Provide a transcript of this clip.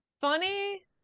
funny